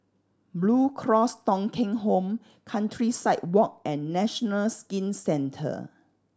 Blue Cross Thong Kheng Home Countryside Walk and National Skin Centre